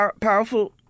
powerful